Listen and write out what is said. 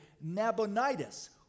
Nabonidus